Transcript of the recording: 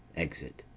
exit.